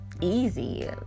easy